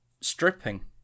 stripping